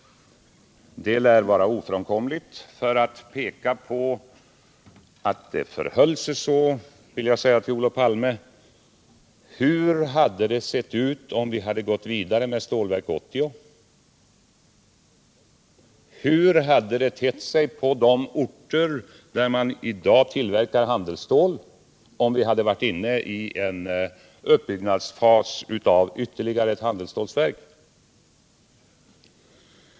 Det lär vara ofrånkomligt. För att betona att det förhöll sig på det sättet vill jag säga till Olof Palme: Hur hade det sett ut om vi hade gått vidare med Stålverk 80? Hur hade det tett sig på de orter där man i dag tillverkar han delsstål om vi hade varit inne i en uppbyggnadsfas för ytterligare ett handelsstålverk?